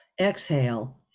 exhale